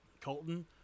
Colton